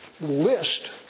list